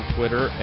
Twitter